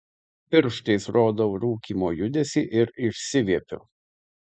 pirštais rodau rūkymo judesį ir išsiviepiu